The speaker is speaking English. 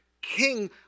king